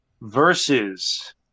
versus